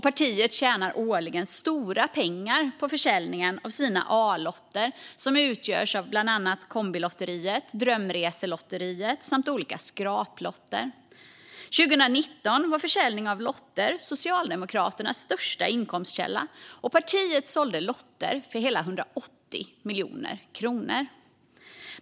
Partiet tjänar årligen stora pengar på försäljningen av sina A-lotter, som utgörs av bland annat Kombilotteriet och Drömreselotteriet samt olika skraplotter. År 2019 var försäljning av lotter Socialdemokraternas största inkomstkälla. Partiet sålde lotter för hela 180 miljoner kronor.